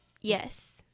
yes